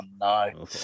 no